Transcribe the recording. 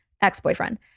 ex-boyfriend